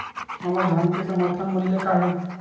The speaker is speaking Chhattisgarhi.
हमर धान के समर्थन मूल्य का हे?